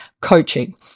coaching